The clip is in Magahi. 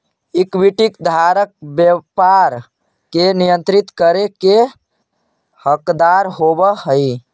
इक्विटी धारक व्यापार के नियंत्रित करे के हकदार होवऽ हइ